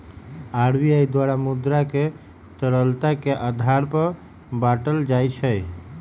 RBI द्वारा मुद्रा के तरलता के आधार पर बाटल जाइ छै